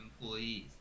employees